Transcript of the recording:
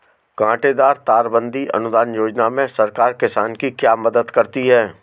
कांटेदार तार बंदी अनुदान योजना में सरकार किसान की क्या मदद करती है?